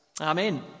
Amen